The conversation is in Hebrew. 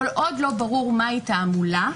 כל עוד לא ברור מהי תעמולה,